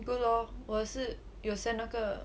good lor 我也是有 send 那个